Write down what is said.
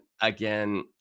again